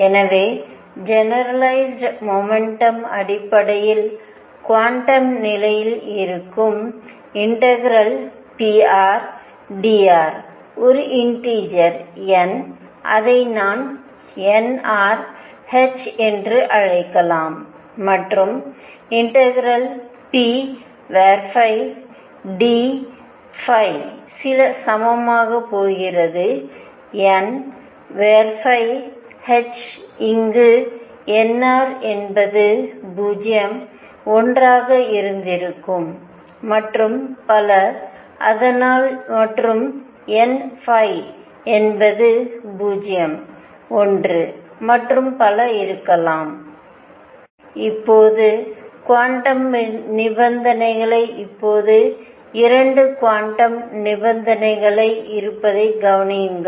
எனவே generalised momentum அடிப்படையில் quantum நிலையில்இருக்கும் ∫prdr ஒரு இண்டீஜர் n அதை நான் nr h என்று அழைக்கலாம் மற்றும் ∫pdϕ சில சமமாக போகிறது nh இங்கு nr என்பது 0 1 ஆக இருந்திருக்கும் மற்றும் பல அதனால் மற்றும் n என்பது 0 1 மற்றும் பல இருக்கலாம் இப்போது குவாண்டம் நிபந்தனைகள் இப்போது 2 குவாண்டம் நிபந்தனைகள் இருப்பதை கவனிக்கவும்